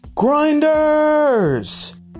grinders